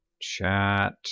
chat